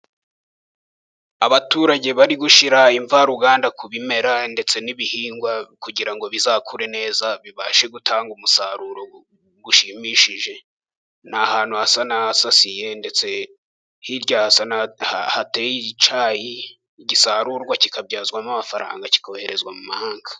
Abaturage bari gushira imvaruganda ku bimera ndetse n'ibihingwa kugira ngo bizakure neza, bibashe gutanga umusaruro ushimishije. Ni ahantu hasa nahasasiye ndetse hirya hasa nahateye icyayi gisarurwa, kikabyazwamo amafaranga kikoherezwa mu mahanga.